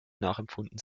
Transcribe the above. nachempfunden